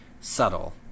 subtle